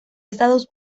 estados